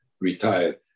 retired